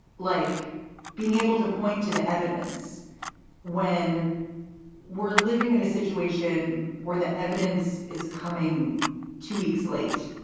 like being able to point to the evidence when we're living in a situation where the evidence is coming two weeks late.